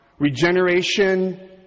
Regeneration